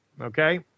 okay